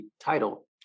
title